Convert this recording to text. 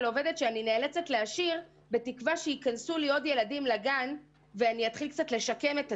סתם בתקווה שיכנסו עוד ילדים לגן ואתחיל קצת לשקם את עצמי.